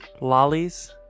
Lollies